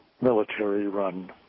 military-run